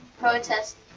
Protest